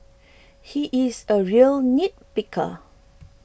he is a real nitpicker